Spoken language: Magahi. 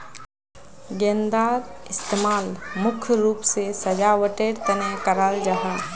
गेंदार इस्तेमाल मुख्य रूप से सजावटेर तने कराल जाहा